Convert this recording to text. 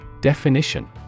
Definition